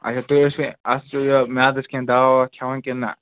اچھا تُہۍ ٲسوا اَتھ سۭتۍ یہِ میادَس کیٚنٛہہ دوا وَوا کھیٚوان کِنہٕ نہ